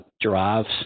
drives